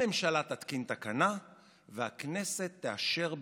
הממשלה תתקין תקנה והכנסת תאשר בדיעבד.